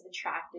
attracted